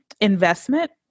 investment